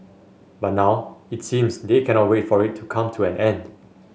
but now it seems they cannot wait for it to come to an end